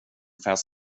fest